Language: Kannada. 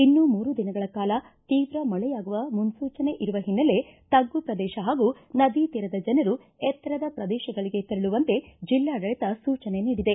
ಇನ್ನೂ ಮೂರು ದಿನಗಳ ಕಾಲ ತೀವ್ರ ಮಳೆಯಾಗುವ ಮುನ್ನೂಚನೆ ಇರುವ ಹಿನ್ನೆಲೆ ತಗ್ಗು ಪ್ರದೇಶ ಹಾಗೂ ನದಿ ತೀರದ ಜನರು ಎತ್ತರದ ಪ್ರದೇಶಗಳಿಗೆ ತೆರಳುವಂತೆ ಜಿಲ್ಲಾಡಳಿತ ಸೂಚನೆ ನೀಡಿದೆ